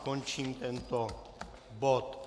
Končím tento bod.